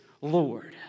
Lord